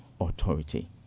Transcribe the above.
Authority